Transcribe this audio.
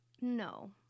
No